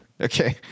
Okay